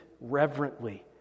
reverently